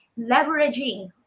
leveraging